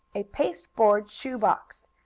a paste-board shoe box.